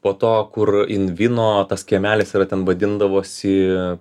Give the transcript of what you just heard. po to kur in vino tas kiemelis yra ten vadindavosi